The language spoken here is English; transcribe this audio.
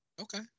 Okay